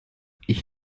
ich